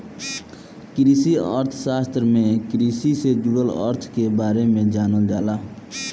कृषि अर्थशास्त्र में कृषि से जुड़ल अर्थ के बारे में जानल जाला